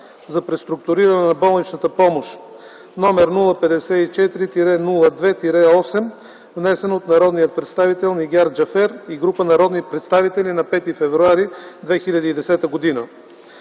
за преструктуриране на болничната помощ № 054-02-8, внесен от народния представител Нигяр Джафер и група народни представители на 5 февруари 2010 г.